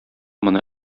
моны